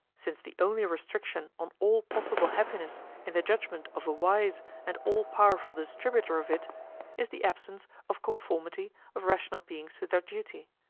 since the only restriction on all possible happiness in the judgement of a wise and all powerful distributor of it is the absence of conformity of rational beings to their duty.